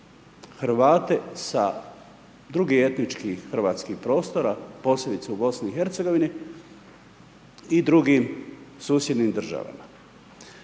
Hrvate sa drugih etničkih hrvatskih prostora, posebice u BIH i drugih susjednih država.